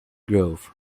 grove